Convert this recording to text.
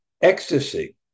ecstasy